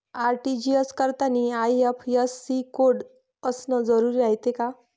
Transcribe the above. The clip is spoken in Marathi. आर.टी.जी.एस करतांनी आय.एफ.एस.सी कोड असन जरुरी रायते का?